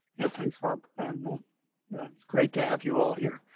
yeah, thanks rob. and it's great to have you all here.